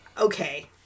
Okay